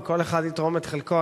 וכל אחד יתרום את חלקו.